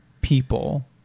people